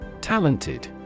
Talented